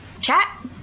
chat